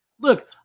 Look